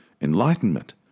enlightenment